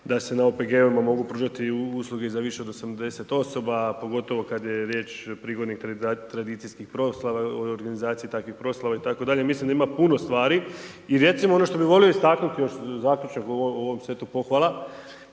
da se na OPG-ovima mogu pružati i usluge za više od 80 osoba, a pogotovo kada je riječ prigodnih tradicijskih proslava i organizaciji takvih proslava itd. Mislim da ima puno stvari i recimo što bih volio istaknuti još zaključak ovom, sve to pohvala,